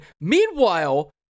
meanwhile